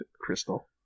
Crystal